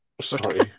Sorry